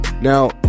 Now